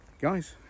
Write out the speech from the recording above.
guys